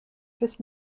bis